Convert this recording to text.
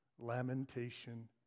lamentation